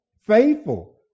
faithful